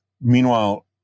meanwhile